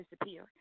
disappear